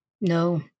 No